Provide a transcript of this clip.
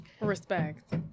Respect